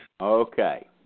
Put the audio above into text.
Okay